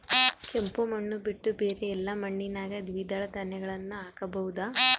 ಕೆಂಪು ಮಣ್ಣು ಬಿಟ್ಟು ಬೇರೆ ಎಲ್ಲಾ ಮಣ್ಣಿನಾಗ ದ್ವಿದಳ ಧಾನ್ಯಗಳನ್ನ ಹಾಕಬಹುದಾ?